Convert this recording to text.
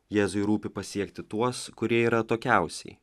jėzui rūpi pasiekti tuos kurie yra atokiausiai